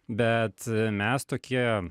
bet mes tokie